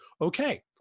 okay